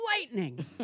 lightning